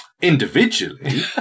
Individually